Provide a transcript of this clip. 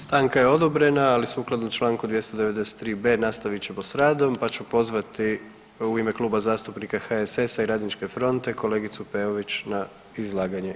Stanka je odobrena, ali sukladno Članku 293b. nastavit ćemo s radom pa ću pozvati u ime Kluba zastupnika HSS-a i Radničke fronte kolegicu Peović na izlaganje.